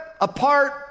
apart